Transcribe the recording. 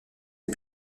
les